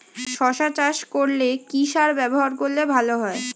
শশা চাষ করলে কি সার ব্যবহার করলে ভালো হয়?